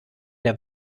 der